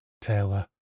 Taylor